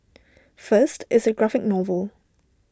first it's A graphic novel